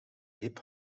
hip